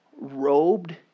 robed